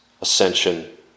ascension